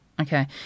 Okay